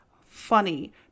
funny